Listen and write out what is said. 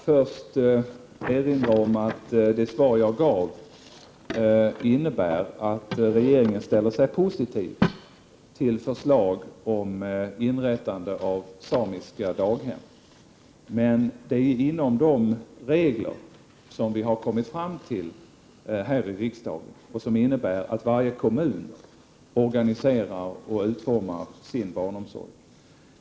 Herr talman! Får jag först erinra om att det svar jag gav innebär att regeringen ställer sig positiv till förslaget om inrättande av samiska daghem. Men det skall ske inom de regler som vi har kommit fram till i riksdagen och som innebär att varje kommun organiserar och utformar sin egen barnomsorg.